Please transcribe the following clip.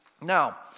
Now